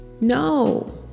No